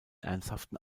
ernsthaften